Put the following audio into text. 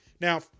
Now